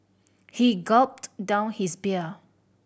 he gulped down his beer